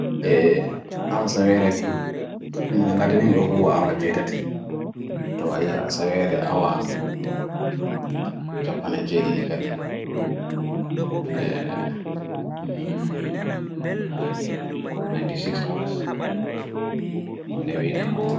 Eee, hawa sawe re ni, niladenim do huwa awa jeytati, towai hawa sawe re awa japanen jeydi ni kadi, eee, manon, eee, 96 awas, onewik.